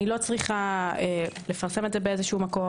אני לא צריכה לפרסם את זה באיזה מקום.